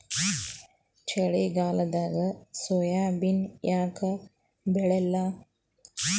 ಚಳಿಗಾಲದಾಗ ಸೋಯಾಬಿನ ಯಾಕ ಬೆಳ್ಯಾಲ?